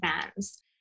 Fans